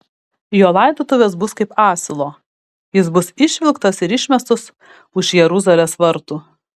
jo laidotuvės bus kaip asilo jis bus išvilktas ir išmestas už jeruzalės vartų